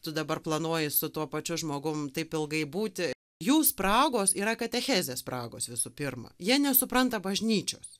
tu dabar planuoji su tuo pačiu žmogum taip ilgai būti jų spragos yra katechezės spragos visų pirma jie nesupranta bažnyčios